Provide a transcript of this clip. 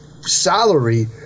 salary